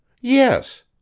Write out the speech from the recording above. Yes